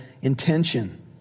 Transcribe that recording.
intention